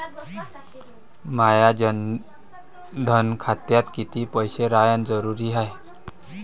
माया जनधन खात्यात कितीक पैसे रायन जरुरी हाय?